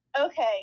Okay